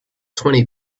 twenty